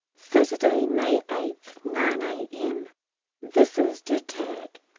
saturday, may eighth, nine a m this is der tag.